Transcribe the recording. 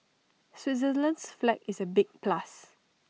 Switzerland's flag is A big plus